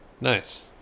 Nice